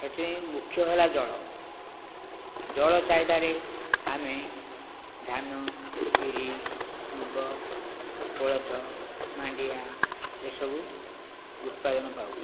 ହେତିପାଇଁ ମୁଖ୍ୟ ହେଲା ଜଳ ଜଳ ଚାହିଦା ରେ ଆମେ ଧାନ ବିରି ମୁଗ କୋଳଥ ମାଣ୍ଡିଆ ଏ ସବୁ ଉତ୍ପାଦନ ପାଉ